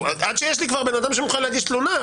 עד שיש לי כבר בן אדם שמוכן להגיש תלונה.